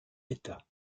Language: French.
état